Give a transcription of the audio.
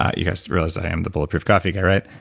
you guys realize i am the bulletproof coffee guy right?